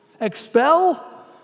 Expel